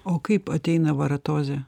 o kaip ateina varatozė